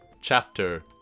chapter